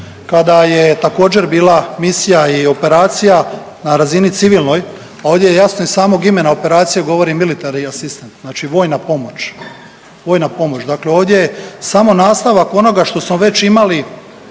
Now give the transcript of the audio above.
kada je također, bila misija i operacija na razini civilnoj, a ovdje je jasno, iz samog imena operacije govori Military Assistance, znači vojna pomoć, vojna pomoć, dakle ovdje samo nastavak onoga što smo već imali